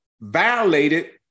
violated